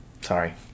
Sorry